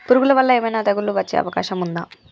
పురుగుల వల్ల ఏమైనా తెగులు వచ్చే అవకాశం ఉందా?